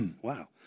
Wow